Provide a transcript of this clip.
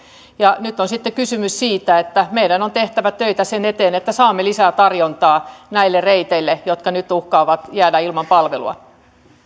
ja nyt on sitten kysymys siitä että meidän on tehtävä töitä sen eteen että saamme lisää tarjontaa näille reiteille jotka nyt uhkaavat jäädä ilman palvelua pyydän